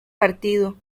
partido